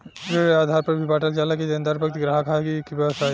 ऋण ए आधार पर भी बॉटल जाला कि देनदार व्यक्ति ग्राहक ह कि व्यवसायी